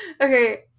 Okay